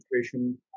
situation